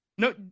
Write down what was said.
No